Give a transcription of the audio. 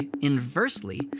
inversely